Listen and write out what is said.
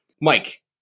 Mike